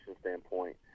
standpoint